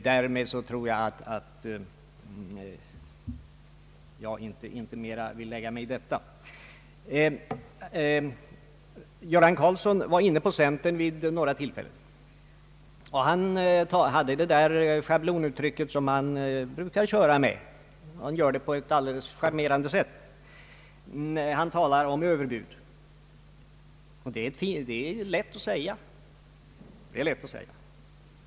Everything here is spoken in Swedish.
Herr Göran Karlsson nämnde centern vid några tillfällen. Han använde det sechablonuttryck som han brukar använ da, och han gör det på ett alideles charmerande sätt. Han talar om överbud. Det är lätt att säga.